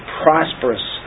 prosperous